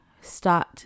start